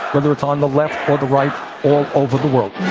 whether it's on the left or the right. all over the world